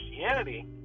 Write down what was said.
Christianity